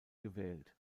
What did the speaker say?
gewählt